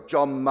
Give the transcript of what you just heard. John